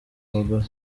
abagore